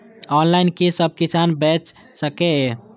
Online कि सब किसान बैच सके ये?